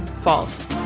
false